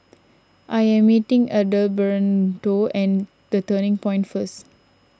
I am meeting Adalberto and the Turning Point first